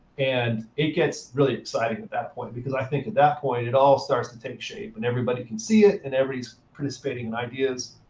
and it gets really exciting at that point. because i think, at that point, it all starts to take shape. and everybody can see it, and everybody's participating in ideas.